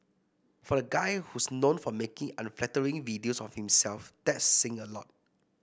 for a guy who's known for making unflattering videos of himself that's saying a lot